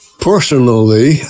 Personally